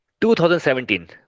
2017